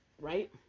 right